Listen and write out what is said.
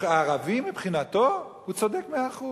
הערבי מבחינתו צודק מאה אחוז.